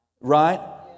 Right